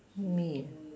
me